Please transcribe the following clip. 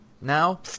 now